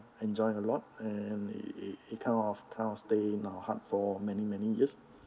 enjoy a lot and it kind of kind of stay in our heart for many many years